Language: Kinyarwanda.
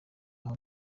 aho